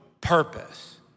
purpose